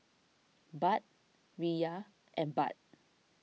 Baht Riyal and Baht